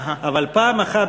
אבל פעם אחת,